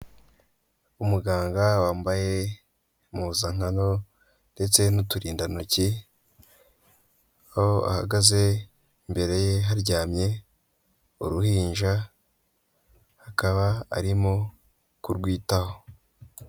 Umuganga wambaye impuzankano ndetse n'uturindantoki, aho ahagaze imbere ye haryamye uruhinja, akaba arimo kurwitaho.